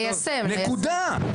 נקודה.